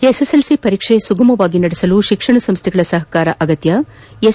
SSLC ಪರೀಕ್ಷೆ ಸುಗಮವಾಗಿ ನಡೆಸಲು ಶಿಕ್ಷಣ ಸಂಸ್ಥೆಗಳ ಸಹಕಾರ ಅಗತ್ಯ ಎಸ್